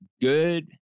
good